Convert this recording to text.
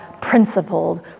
principled